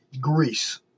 Greece